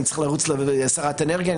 אני צריך לרוץ לשרת האנרגיה?